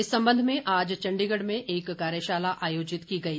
इस संबंध में आज चण्डीगढ़ में एक कार्यशाला आयोजित की गई